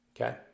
Okay